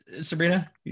Sabrina